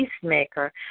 peacemaker